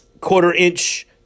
quarter-inch